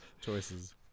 choices